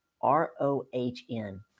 r-o-h-n